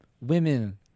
women